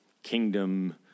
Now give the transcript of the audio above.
kingdom